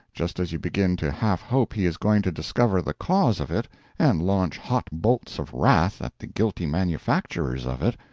just as you begin to half hope he is going to discover the cause of it and launch hot bolts of wrath at the guilty manufacturers of it,